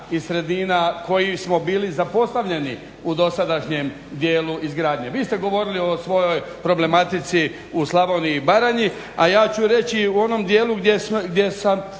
iz sredina koji smo bili zapostavljeni u dosadašnjem dijelu izgradnje. Vi ste govorili o svojoj problematici u Slavoniji i Baranji, a ja ću reći u onom dijelu gdje ja